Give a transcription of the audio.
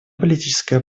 политическая